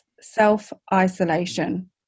self-isolation